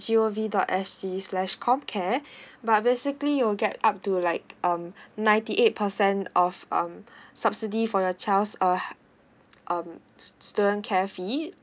g o v dot s g slash com care but basically you will get up to like um ninety eight percent of um subsidy for your child's uh um student care fee